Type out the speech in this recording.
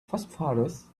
phosphorus